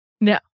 No